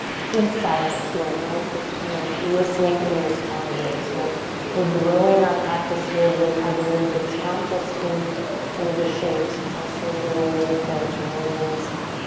freestyle here, right? this kind of listening and responding. so we're growing our practice here, the vocabulary, but it's not just in kind of the shapes. it's also the way we approach and the way we listen.